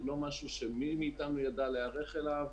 הוא לא משהו שמי מאתנו ידע להיערך אליו,